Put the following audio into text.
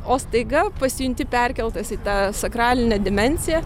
o staiga pasijunti perkeltas į tą sakralinę dimensiją